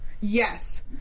Yes